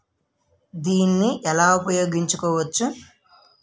దీన్ని ఎలా ఉపయోగించు కోవచ్చు?